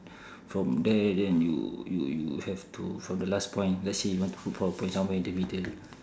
from there then you you you have to from the last point let's say you want to put power point somewhere in the middle